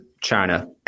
China